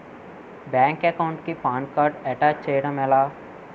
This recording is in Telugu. బ్యాంక్ అకౌంట్ కి పాన్ కార్డ్ అటాచ్ చేయడం ఎలా?